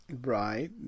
Right